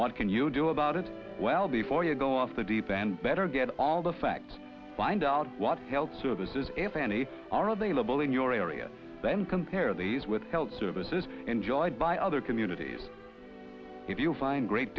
what can you do about it well before you go off the deep end better get all the facts find out what health services if any are available in your area then compare these with health services enjoyed by other communities if you find great